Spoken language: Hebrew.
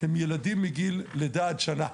הם ילדים מגיל לידה עד שנה.